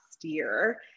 year